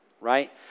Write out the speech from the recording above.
right